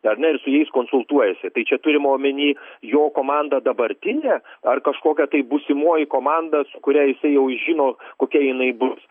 ar ne ir su jais konsultuojasi tai čia turima omeny jo komanda dabartinė ar kažkokia tai būsimoji komanda su kuria jisai jau žino kokia jinai bus